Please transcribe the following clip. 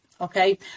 Okay